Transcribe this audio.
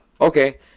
okay